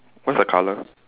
what's the colour